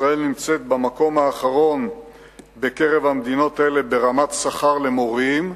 ישראל נמצאת במקום האחרון בקרב המדינות האלה ברמת שכר למורים,